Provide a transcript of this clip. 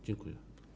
Dziękuję.